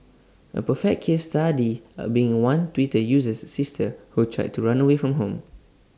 A perfect case study are being one Twitter user's sister who tried to run away from home